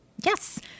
Yes